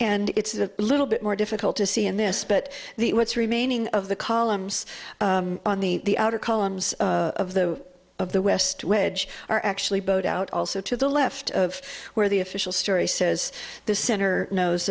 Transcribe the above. and it's a little bit more difficult to see in this but what's remaining of the columns on the outer columns of the of the west wedge are actually bowed out also to the left of where the official story says the center no